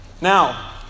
Now